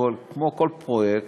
כמו בכל פרויקט,